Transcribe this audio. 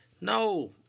No